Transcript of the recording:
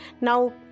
Now